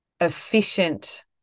efficient